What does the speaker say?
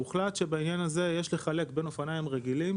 הוחלט שבעניין הזה יש לחלק בין אופניים רגילים,